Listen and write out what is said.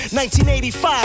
1985